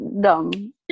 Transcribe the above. dumb